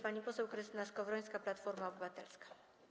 Pani poseł Krystyna Skowrońska, Platforma Obywatelska.